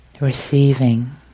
Receiving